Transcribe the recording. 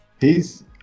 hes